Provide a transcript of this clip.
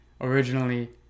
Originally